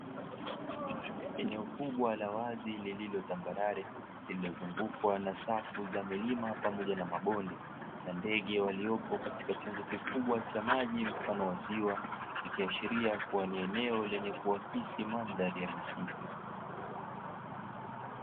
Eneo kubwa la wazi lililotambarare lililozungukwa na safu za milima pamoja na mabonde, na ndege waliopo katika chanzo kikubwa cha maji mfano wa ziwa; likiashiria kuwa ni eneo lenye kuakisi mandhari ya misitu.